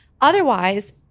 otherwise